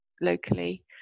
locally